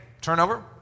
turnover